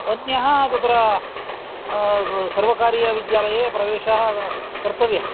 अन्यः तत्र सर्वकारीयविद्यालये प्रवेशः कर्तव्यः